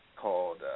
called